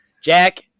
Jack